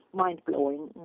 mind-blowing